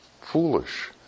foolish